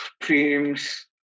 dreams